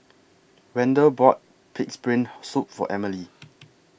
Wendel bought Pig'S Brain Soup For Emely